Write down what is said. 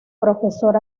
profesor